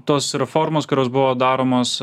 tos reformos kurios buvo daromos